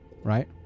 right